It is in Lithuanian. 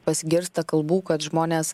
pasigirsta kalbų kad žmonės